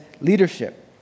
leadership